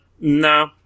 no